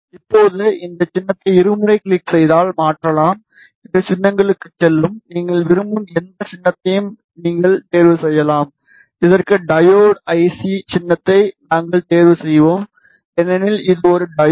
இப்போது இந்த சின்னத்தை இருமுறை கிளிக் செய்தால் மாற்றலாம் அது சின்னங்களுக்குச் செல்லும் நீங்கள் விரும்பும் எந்த சின்னத்தையும் நீங்கள் தேர்வு செய்யலாம் இதற்கு டையோடு ஐசி சின்னத்தை நாங்கள் தேர்வு செய்வோம் ஏனெனில் இது ஒரு டையோடு ஐ